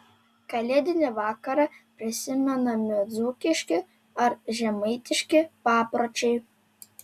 kalėdinį vakarą prisimenami dzūkiški ar žemaitiški papročiai